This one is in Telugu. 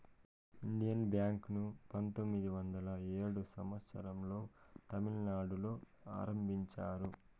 ఇండియన్ బ్యాంక్ ను పంతొమ్మిది వందల ఏడో సంవచ్చరం లో తమిళనాడులో ఆరంభించారు